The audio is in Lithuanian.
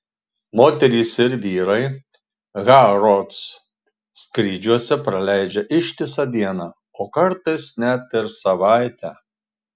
moterys ir vyrai harrods skyriuose praleidžia ištisą dieną o kartais net ir savaitę